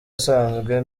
usanzwe